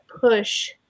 push